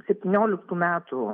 septynioliktų metų